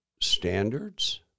standards